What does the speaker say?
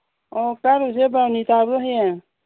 ꯑꯣ ꯀꯥꯔꯨꯁꯦ ꯕꯥꯔꯨꯅꯤ ꯀꯥꯕꯗꯣ ꯍꯌꯦꯡ